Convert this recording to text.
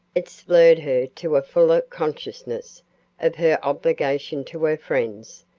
it spurred her to a fuller consciousness of her obligation to her friends,